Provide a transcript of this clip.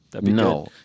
No